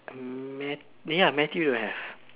Matt~ ya Matthew don't have